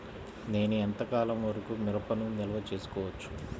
నేను ఎంత కాలం వరకు మిరపను నిల్వ చేసుకోవచ్చు?